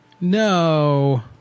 No